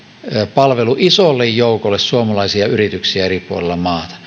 palvelu isolle joukolle suomalaisia yrityksiä eri puolilla maata